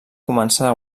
començar